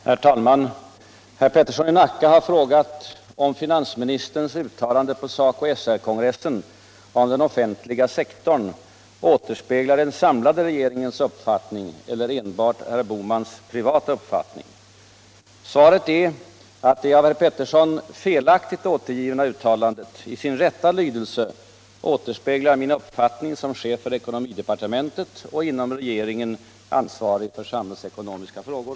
Herr talman! Herr Peterson i Nacka har frågat om finansministerns uttalande på SACO/SR-kongressen om den offentliga sektorn återspeglar den samlade regeringens uppfattning eller enbart herr Bohmans privata uppfattning. Svaret är, att det av herr Peterson felaktigt återgivna uttalandet i sin rätta lydelse återspeglar min uppfattning som chef för ekonomidepartementet och inom regeringen ansvarig för samhällsekonomiska frågor.